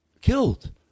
killed